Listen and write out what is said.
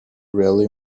rarely